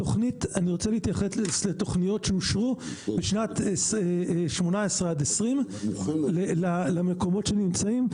אני רוצה להתייחס לתכניות שאושרו בשנת 2018-2020 למקומות שנמצאים,